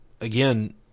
again